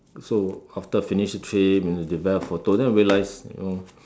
so after finish the trip and then develop the photo then I realised you know